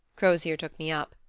crozier took me up.